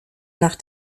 nach